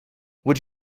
would